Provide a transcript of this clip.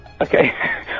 Okay